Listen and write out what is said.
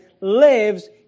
lives